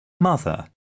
mother